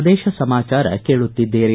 ಪ್ರದೇಶ ಸಮಾಚಾರ ಕೇಳುತ್ತಿದ್ದೀರಿ